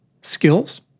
Skills